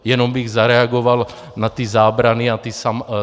Jenom bych zareagoval na ty zábrany a ty samopaly.